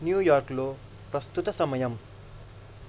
న్యూయార్క్లో ప్రస్తుత సమయం